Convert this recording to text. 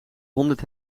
honderd